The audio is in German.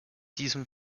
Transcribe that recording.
diesem